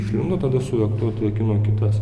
išlindo tada su raktu atrakino kitas